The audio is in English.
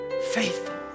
Faithful